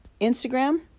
Instagram